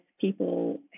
people